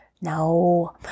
No